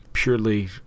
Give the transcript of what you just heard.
Purely